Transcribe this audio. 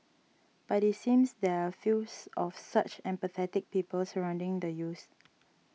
but it seems there are fews of such empathetic people surrounding the youths